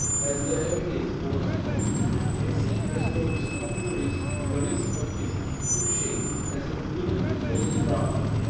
as there ever is over snow and it seemed as though the snow-flurries and the wreaths of mist took shape as of women with trailing garments.